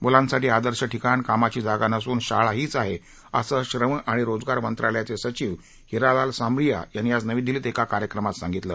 मुलांसाठी आदर्श ठिकाण कामाची जागा नसून शाळा हीच आहे असं श्रम अणि रोजगार मंत्रालयाचे सचिव हिरालाल सामरीया यांनी आज नवी दिल्लीत एका कार्यक्रमात सांगितलं